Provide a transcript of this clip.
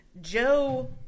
Joe